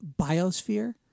biosphere